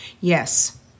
Yes